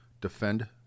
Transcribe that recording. Defend